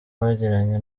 bagiranye